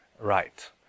right